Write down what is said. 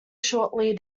shortly